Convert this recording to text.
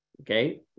Okay